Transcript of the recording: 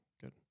Good